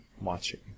watching